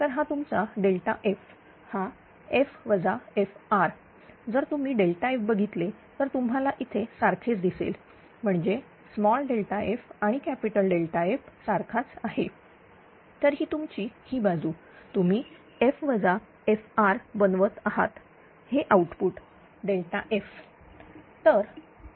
तर हा तुमचा F हा f fr जर तुम्ही F बघितले तर तुम्हाला इथे सारखेच दिसेल म्हणजे स्मॉल f आणि कॅपिटल F सारखाच आहे तर ही तुमची ही बाजू तुम्ही f fr बनवत आहात हे आउटपुट F